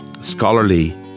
scholarly